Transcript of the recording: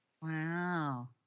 Wow